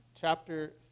chapter